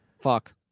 fuck